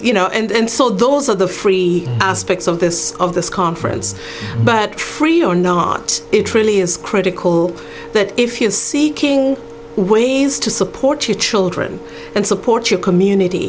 you know and so those are the free aspects of this of this conference but free or not it really is critical that if you're seeking ways to support your children and support your community